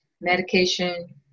medication